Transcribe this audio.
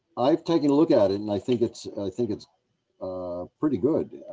i've taken a look at it and i think it's think it's a pretty good.